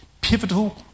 pivotal